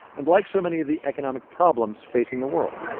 and like so many of the economic problems facing the world